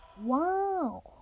Wow